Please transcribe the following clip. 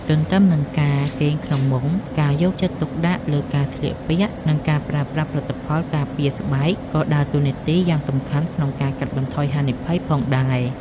ទន្ទឹមនឹងការគេងក្នុងមុង ការយកចិត្តទុកដាក់លើការស្លៀកពាក់ និងការប្រើប្រាស់ផលិតផលការពារស្បែកក៏ដើរតួនាទីយ៉ាងសំខាន់ក្នុងការកាត់បន្ថយហានិភ័យផងដែរ។